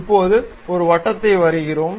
இப்போது ஒரு வட்டத்தை வரைகிறோம்